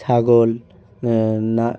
ছাগল না